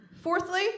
Fourthly